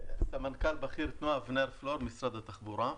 סמנכ"ל בכיר תנועה, אבנר פלור, משרד התחבורה.